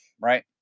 Right